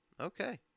Okay